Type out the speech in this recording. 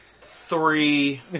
three